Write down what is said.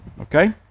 Okay